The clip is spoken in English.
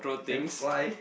can fly